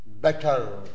better